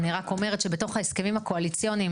אני רק אומרת שבתוך ההסכמים הקואליציוניים,